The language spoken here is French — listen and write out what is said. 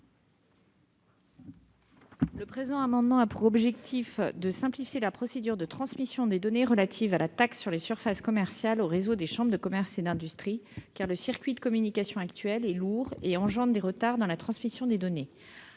Le présent amendement a pour objet de simplifier la procédure de transmission des données relatives à la taxe sur les surfaces commerciales au réseau des chambres de commerce et d'industrie, car le circuit de communication actuelle est lourd et provoque des retards. Actuellement, pour transmettre des données